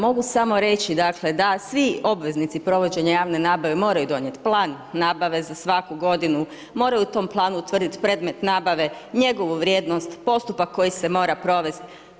Mogu samo reći dakle da svi obveznici provođenja javne nabave moraju donijeti plan nabave za svaku godinu, moraju u tom planu utvrditi predmet nabave, njegovu vrijednost, postupak koji se mora provest.